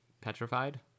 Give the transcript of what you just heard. petrified